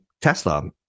Tesla